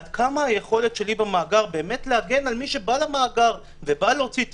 עד כמה היכולת שלי במאגר באמת להגן על מי שבא למאגר ובא להוציא תיעוד,